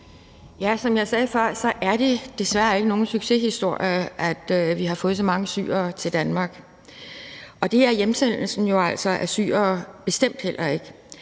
Som jeg sagde før, er det desværre ikke nogen succeshistorie, at vi har fået så mange syrere til Danmark, og det er hjemsendelsen af syrere jo altså bestemt heller ikke.